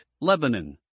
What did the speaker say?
lebanon